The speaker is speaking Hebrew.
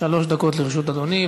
שלוש דקות לרשות אדוני.